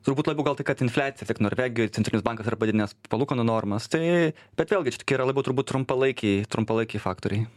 turbūt labiau gal tai kad infliacija tiek norvegijoj centrinis bankas yra padidinęs palūkanų normas tai bet vėlgi čia tokie yra labiau turbūt trumpalaikiai trumpalaikiai faktoriai